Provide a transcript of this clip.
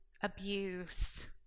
abuse